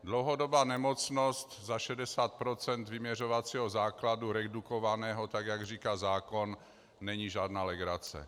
Dlouhodobá nemocnost za 60 % vyměřovacího základu, redukovaného tak, jak říká zákon, není žádná legrace.